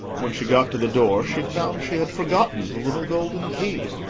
when she got to the door, she found she had forgotten the little golden key,